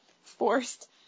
forced